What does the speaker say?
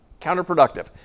counterproductive